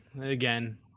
again